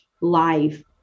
life